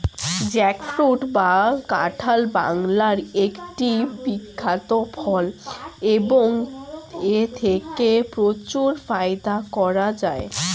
jackfruit বা কাঁঠাল বাংলার একটি বিখ্যাত ফল এবং এথেকে প্রচুর ফায়দা করা য়ায়